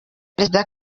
perezida